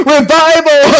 Revival